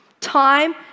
Time